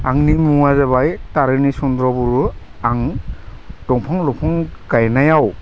आंनि मुङा जाबाय तारिनि चन्द्र' बर' आं दंफां लाइफां गायनायाव